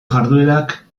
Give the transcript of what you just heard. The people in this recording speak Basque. jarduerak